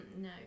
no